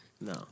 no